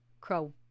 crow